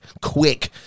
quick